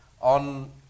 on